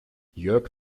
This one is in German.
jörg